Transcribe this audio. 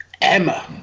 Emma